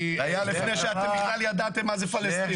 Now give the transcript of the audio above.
זה היה לפני שאתם בכלל ידעתם מה זה פלסטין.